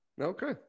okay